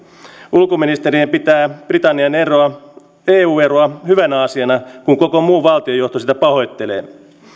ulkoministerimme pitää britannian eu eroa hyvänä asiana kun koko muu valtiojohto sitä pahoittelee